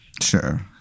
sure